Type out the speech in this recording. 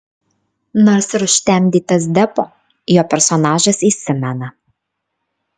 nors ir užtemdytas deppo jo personažas įsimena